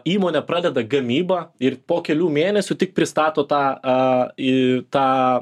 įmonė pradeda gamybą ir po kelių mėnesių tik pristato tą a į tą